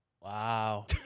Wow